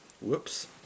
Whoops